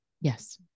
Yes